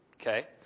Okay